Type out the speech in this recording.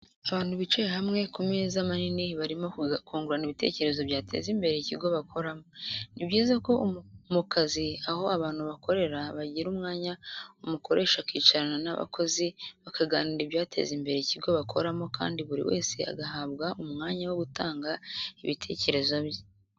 Abantu bicaye hamwe ku meza manini barimo kungurana ibitekerezo byateza imbere ikigo bakoramo. Ni byiza ko mu kazi aho abantu bakorera bagira umwanya umukoresha akicarana n'abakozi bakaganira ibyateza imbere ikigo bakoramo kandi buri wese agahabwa umwanya wo gutanga ibitekerezo bye.